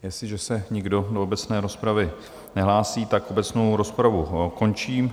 Jestliže se nikdo do obecné rozpravy nehlásí, obecnou rozpravu končím.